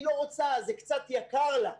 היא לא רוצה, זה קצת יקר לה.